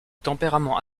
tempérament